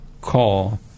call